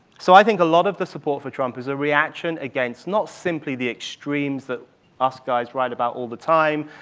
so, i think a lot of the support for trump is a reaction against not simply the extremes that us guys write about all the time,